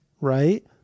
right